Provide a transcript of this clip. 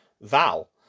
Val